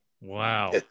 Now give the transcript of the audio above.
wow